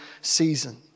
season